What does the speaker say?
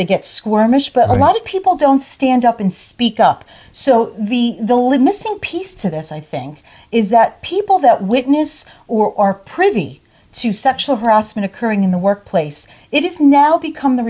but a lot of people don't stand up and speak up so the the limousine piece to this i think is that people that witness or are privy to sexual harassment occurring in the workplace it is now become the